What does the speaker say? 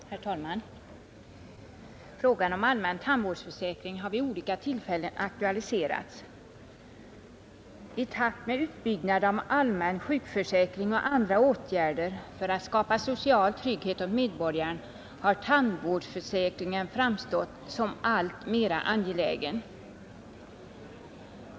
Herr talman! Frågan om allmän tandvårdsförsäkring har vid olika tillfällen aktualiserats. I takt med utbyggnaden av allmän sjukförsäkring och andra åtgärder för att skapa social trygghet åt medborgaren har tandvårdsförsäkringen framstått som alltmer angelägen.